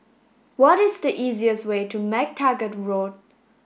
what is the easiest way to MacTaggart Road